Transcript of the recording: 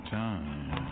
time